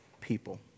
people